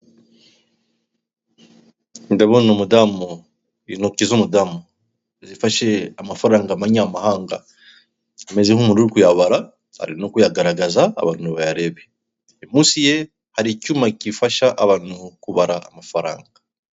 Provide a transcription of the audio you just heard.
Ndabona umudamu, intoki z'umudamu zifashe amafaranga y'amanyamahanga, ameze nk'umuntu uri kuyabara, ari no kuyagaragaza abantu bayarebe, munsi ye hari icyuma kifasha abantu kubara amafaranga.